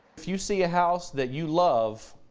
if you see a house that you love.